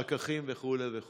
פקחים וכו' וכו'.